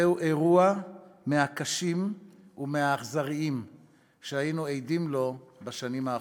זה אירוע מהקשים ומהאכזריים שהיינו עדים לו בשנים האחרונות.